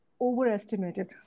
overestimated